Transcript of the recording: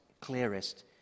clearest